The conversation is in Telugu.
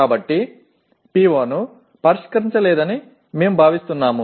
కాబట్టి PO ను పరిష్కరించలేదని మేము భావిస్తున్నాము